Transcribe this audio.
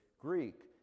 Greek